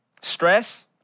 Stress